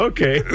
Okay